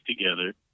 together